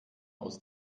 aus